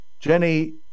Jenny